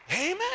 Amen